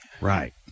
Right